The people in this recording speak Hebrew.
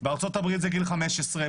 בארצות-הברית זה גיל 15,